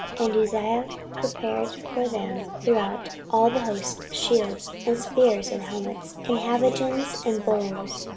and uzziah prepared for them throughout all the host shields, and spears, and helmets, and habergeons, and bows,